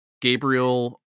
Gabriel